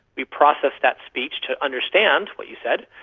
we process that speech to understand what you said.